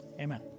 Amen